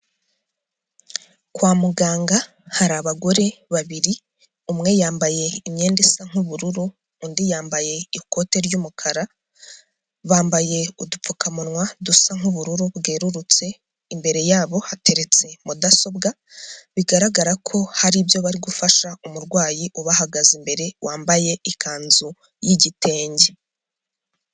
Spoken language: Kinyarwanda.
Kwa muganga hari abagore babiri umwe yambaye imyenda isa nk'ubururu undi yambaye ikote ry'umukara bambaye udupfukamunwa dusa nk'ubururu bwerurutse imbere yabo hateretse mudasobwa bigaragara ko hari ibyo bari gufasha umurwayi ubahagaze imbere wambaye ikanzu y'igitenge.